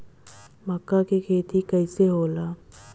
मका के खेती कइसे होला?